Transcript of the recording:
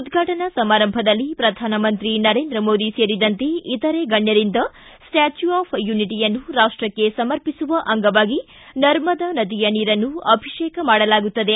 ಉದ್ವಾಟನಾ ಸಮಾರಂಭದಲ್ಲಿ ಪ್ರಧಾನಮಂತ್ರಿ ನರೇಂದ್ರ ಮೋದಿ ಸೇರಿದಂತೆ ಇತರೆ ಗಣ್ಣರಿಂದ ಸ್ವಾಚ್ಣೂ ಆಫ್ ಯುನಿಟಿಯನ್ನು ರಾಷ್ಟಕ್ಕೆ ಸಮರ್ಪಿಸುವ ಅಂಗವಾಗಿ ಮಣ್ಣು ಮತ್ತು ನರ್ಮದಾ ನದಿಯ ನೀರನ್ನು ಅಭಿಷೇಕ ಮಾಡಲಾಗುತ್ತದೆ